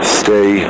stay